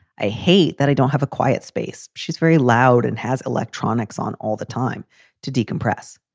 i hate that i don't have a quiet space. she's very loud and has electronics on all the time to decompress.